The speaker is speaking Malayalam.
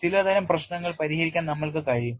ചില തരം പ്രശ്നങ്ങൾ പരിഹരിക്കാൻ നമ്മൾക്കു കഴിയും